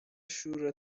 شور